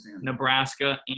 nebraska